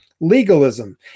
legalism